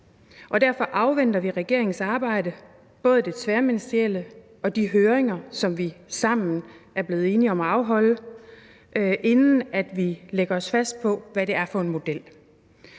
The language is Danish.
derfor afventer vi regeringens arbejde, både det tværministerielle og de høringer, som vi sammen er blevet enige om at afholde, inden vi lægger os fast på en model.